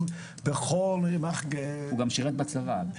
בכל רמ"ח --- הוא גם שירת בצבא.